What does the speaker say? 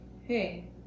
Hey